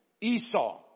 Esau